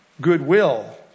goodwill